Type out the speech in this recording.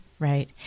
Right